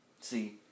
See